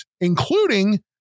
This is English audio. including